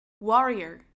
warrior